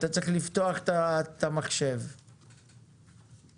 רוב המועסקות, 90 אחוזים נשים,